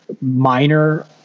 minor